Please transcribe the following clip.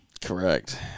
Correct